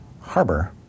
harbor